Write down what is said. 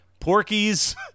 porkies